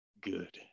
good